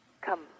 Come